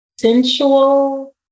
sensual